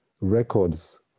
records